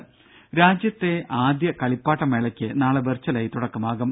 രും രാജ്യത്തെ ആദ്യ കളിപ്പാട്ട മേളയ്ക്ക് നാളെ വെർച്വലായി തുടക്കമാകും